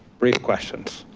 brief questions,